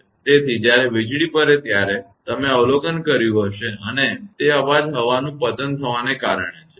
તેથી જ્યારે વીજળી પડે ત્યારે તમે અવલોકન કર્યું હશે અને તે અવાજ હવાનું પતન થવાને કારણે છે